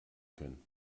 können